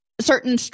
certain